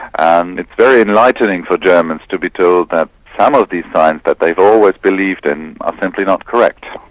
and it's very enlightening for germans to be told that some of these signs that they've always believed in are simply not correct.